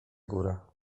góra